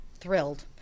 thrilled